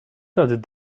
thought